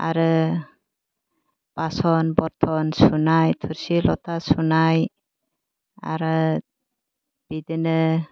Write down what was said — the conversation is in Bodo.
आरो बासन बरथन सुनाय थुरसि लथा सुनाय आरो बिदिनो